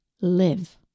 live